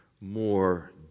more